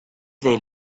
they